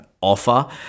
offer